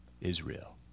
Israel